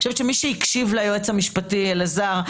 אני חושבת שמי שהקשיב ליועץ המשפטי אלעזר,